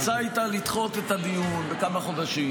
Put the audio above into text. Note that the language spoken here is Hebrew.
ההצעה הייתה לדחות את הדיון בכמה חודשים